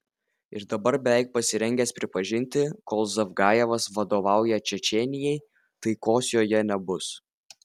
ir dabar beveik pasirengęs pripažinti kol zavgajevas vadovauja čečėnijai taikos joje nebus